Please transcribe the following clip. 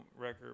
record